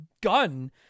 gun